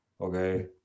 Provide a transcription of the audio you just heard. Okay